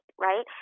right